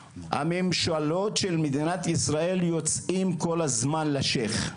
הממשלות של מדינת ישראל יוצאות כל הזמן לשייח'